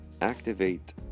activate